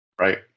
Right